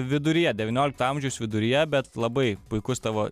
viduryje devyniolikto amžiaus viduryje bet labai puikus tavo